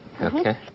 Okay